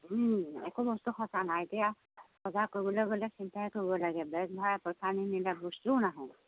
একো বস্তু সঁচা নাই এতিয়া বজাৰ কৰিবলৈ গ'লে চিন্তাই কৰিব লাগে বেগ ভৰাই পইছা নিনিলে বস্তুও নাহে